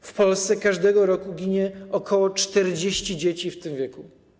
W Polsce każdego roku ginie ok. 40 dzieci w tym wieku.